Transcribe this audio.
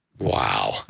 Wow